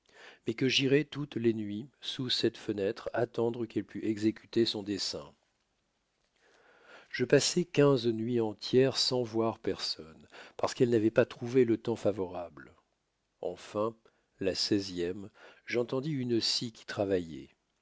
mais que j'irois toutes les nuits sous cette fenêtre attendre qu'elle pût exécuter son dessein je passai quinze nuits entières sans voir personne parce qu'elle n'avoit pas trouvé le temps favorable enfin la seizième j'entendis une scie